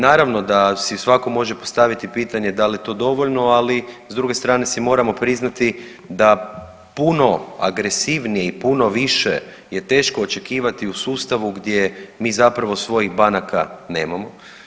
Naravno da si svatko može postaviti pitanje da li je to dovoljno ali s druge strane si moramo priznati da puno agresivnije i puno više je teško očekivati u sustavu gdje mi zapravo svojih banaka nemamo.